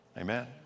Amen